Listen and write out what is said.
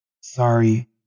Sorry